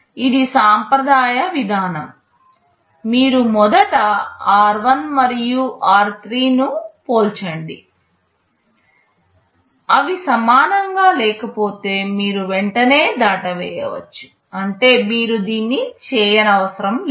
ఇది సంప్రదాయ విధానం మీరు మొదట r1 మరియు r3 ను పోల్చండి అవి సమానంగా లేకపోతే మీరు వెంటనే దాటవేయవచ్చు అంటే మీరు దీన్ని చేయనవసరం లేదు